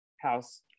house